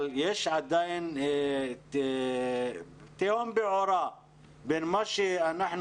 אבל יש עדיין תהום פעורה בין מה שאנחנו